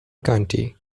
county